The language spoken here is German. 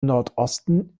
nordosten